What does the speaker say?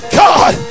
god